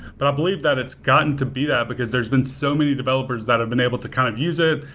but i believe that it's gotten to be that because there's been so many developers that have been able to kind of use it,